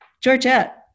Georgette